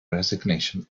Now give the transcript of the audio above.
resignation